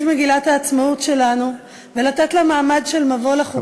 מגילת העצמאות שלנו ולתת לה מעמד של מבוא לחוקה.